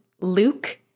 Luke